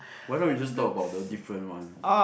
why don't we just talk about the different one